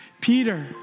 Peter